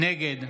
נגד